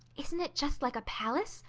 isn't it just like a palace?